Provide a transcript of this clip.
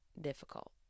difficult